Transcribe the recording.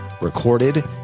recorded